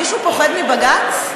מישהו פוחד מבג"ץ?